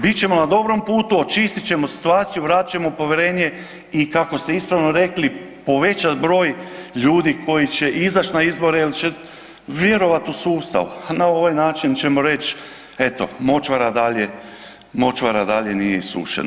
Bit ćemo na dobrom putu, očistit ćemo situaciju, vratit ćemo povjerenje i kako ste ispravno rekli povećat broj ljudi koji će izaći na izbore jer će vjerojatno sustav na ovaj način ćemo reći eto močvara dalje, močvara dalje nije isušena.